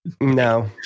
No